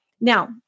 Now